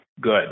good